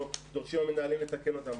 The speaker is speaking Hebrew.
אנחנו דורשים מהמנהלים לתקן אותן.